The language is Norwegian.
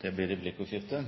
Det blir replikkordskifte.